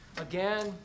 Again